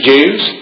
Jews